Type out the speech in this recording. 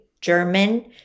German